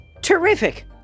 terrific